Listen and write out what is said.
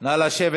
נא לשבת.